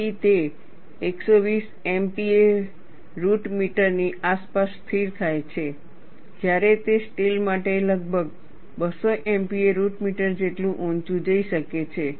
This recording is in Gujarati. તેથી તે 120 MPa રુટ મીટરની આસપાસ સ્થિર થાય છે જ્યારે તે સ્ટીલ માટે લગભગ 200 MPa રુટ મીટર જેટલું ઊંચું જઈ શકે છે